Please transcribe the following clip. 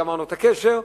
גמרנו את הקשר,